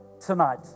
tonight